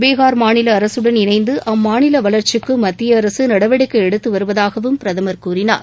பீகார் மாநில அரசுடன் இணைந்து அம்மாநில வளர்ச்சிக்கு மத்திய அரசு நடவடிக்கை எடுத்து வருவதாகவும் பிரதமர் கூறினார்